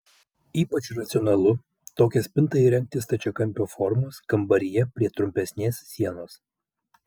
ypač racionalu tokią spintą įrengti stačiakampio formos kambaryje prie trumpesnės sienos